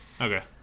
Okay